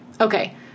Okay